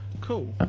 cool